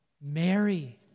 Mary